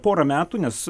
porą metų nes